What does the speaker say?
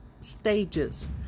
stages